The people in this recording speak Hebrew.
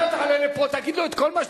אתה תעלה לפה ותגיד לו את כל מה שהוא